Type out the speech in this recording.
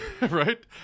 Right